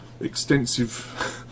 extensive